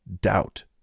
doubt